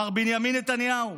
מר בנימין נתניהו.